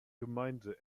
gemeinde